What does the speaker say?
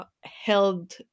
held